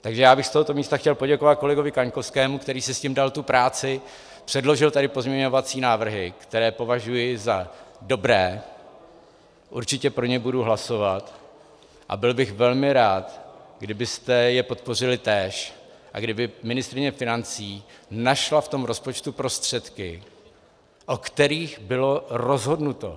Takže bych z tohoto místa chtěl poděkovat kolegovi Kaňkovskému, který si s tím dal tu práci, předložil tady pozměňovací návrhy, které považuji za dobré, určitě pro ně budu hlasovat, a byl bych velmi rád, kdybyste je podpořili též a kdyby ministryně financí našla v tom rozpočtu prostředky, o kterých bylo rozhodnuto.